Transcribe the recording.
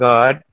God